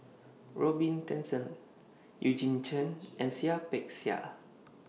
Robin Tessensohn Eugene Chen and Seah Peck Seah